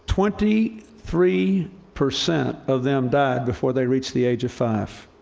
twenty three percent of them died before they reached the age of five.